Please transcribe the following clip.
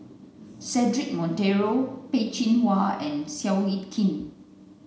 Cedric Monteiro Peh Chin Hua and Seow Yit Kin